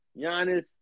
Giannis